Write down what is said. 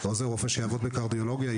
עוזר רופא שיסייע למצנתר,